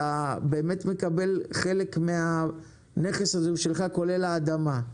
חלק מהנכס הוא שלך כולל האדמה,